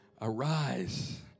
Arise